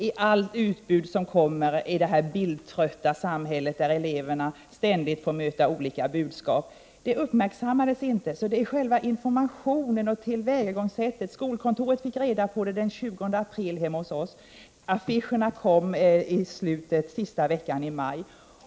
I allt det utbud som förekommer i vårt bildtrötta samhälle, där eleverna ständigt får möta olika budskap, uppmärksammades inte den här annonsen. Det är själva informationen och tillvägagångssättet som jag är kritisk mot. Skolkontoret i min hemkommun fick den 20 april reda på vad som skulle ske, och affischerna kom sista veckan i maj.